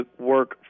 work